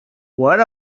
what